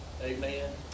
Amen